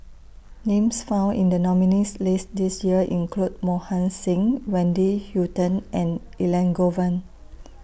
Names found in The nominees' list This Year include Mohan Singh Wendy Hutton and Elangovan